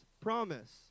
promise